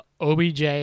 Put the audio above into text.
OBJ